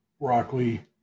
broccoli